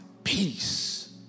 peace